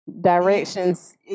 Directions